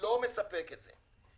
לא מספק את זה.